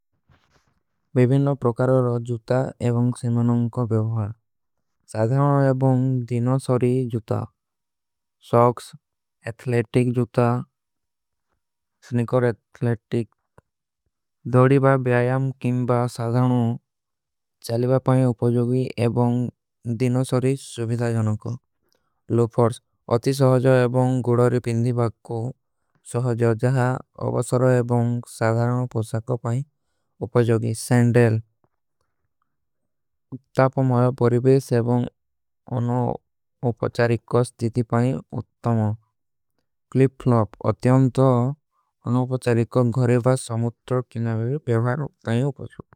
ଵିଭୀନୋ ପ୍ରକାରୋର ଜୂତା ଏବଂଗ ସେମନୋଂ କୋ ଵ୍ଯାଖ୍ଯାନ ସାଧାନ ଏବଂଗ। ଦିନୋ ସରୀ ଜୂତା ସୌକ୍ସ ଅଥଲେଟିକ ଜୂତା ସ୍ନିକର। ଅଥଲେଟିକ ଧଡିବା, ବିଯାଯାମ, କିମବା ସାଧାନୋ ଚଲିବା ପାଇଂଗ। ଉପଜୋଗୀ ଏବଂଗ ଦିନୋ ସରୀ ସୁଵିଧାଜନୋ କୋ ଅତି ସହଜା ଏବଂଗ। ଗୁଡରୀ ପିଂଦୀ ବାଗ କୋ ସହଜା ଜହା ଅବସର ଏବଂଗ ସାଧାନ। ଉପଜୋଗୀ ସୈଂଡେଲ ତାପମାର ବରିଵେଶ ଏବଂଗ। ଅନୌ ଉପଚାରୀକ କା ସ୍ଥିତି ପାଇଂଗ ଉତ୍ତମା କ୍ଲିପ ଫ୍ଲପ ଅତ୍ଯମ୍ତ। ଅନୌ ଉପଚାରୀକ କା ଘରେଵା ସମୁତ୍ର କେ ନଵର ବେଶାରୋ ତାଇଵ ବଚୋ।